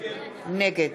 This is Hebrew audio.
נגד